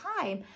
time